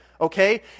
Okay